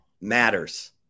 matters